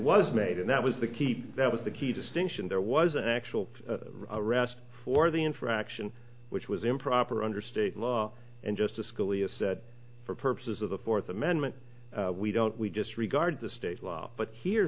was made and that was the key that was the key distinction there was an actual arrest for the infraction which was improper under state law and justice scalia said for purposes of the fourth amendment we don't we just regard the state law but here